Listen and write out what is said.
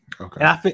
Okay